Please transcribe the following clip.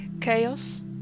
chaos